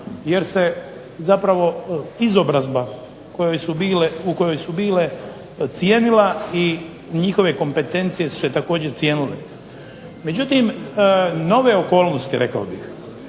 jer se zapravo izobrazba u kojoj su bile cijenila i njihove kompetencije su se također cijenile. Međutim nove okolnosti, rekao bih,